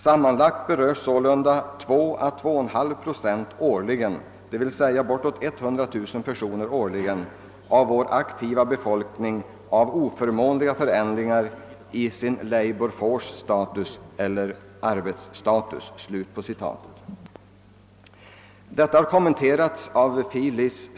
Sammanlagt berörs sålunda 2 å 2,5 7 årligen av vår aktiva befolkning av oförmånliga förändringar i sin labour-force status eller sin arbetsstatus.» Detta har kommenterats av fil. lic.